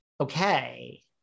okay